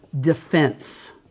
defense